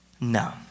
No